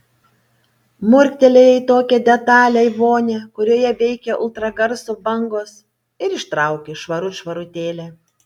murktelėjai tokią detalią į vonią kurioje veikia ultragarso bangos ir ištrauki švarut švarutėlę